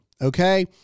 okay